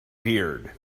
beard